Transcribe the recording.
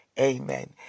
Amen